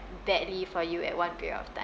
badly for you at one period of time